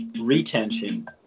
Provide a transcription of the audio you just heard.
retention